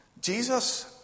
Jesus